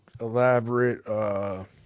elaborate